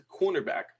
cornerback